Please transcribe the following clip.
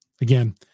Again